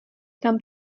tam